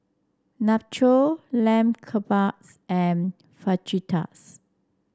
Nacho Lamb Kebabs and Fajitas